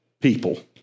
people